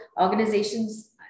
organizations